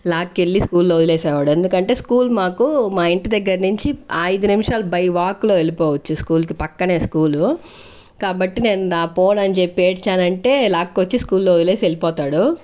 లాక్కెళ్ళి school లో వదిలేసేవాడు ఎందుకంటే స్కూల్ మాకు మా ఇంటి దగ్గర్నించి ఐదు నిమిషాలు బై వాక్ లో వెళ్ళిపోవచ్చు స్కూల్ కి పక్కనే స్కూలు కాబట్టి నేను ద పోనని చెప్పి ఏడ్చానంటే లాక్కొచ్చి స్కూల్ లో వదిలేసి వెళ్ళిపోతాడు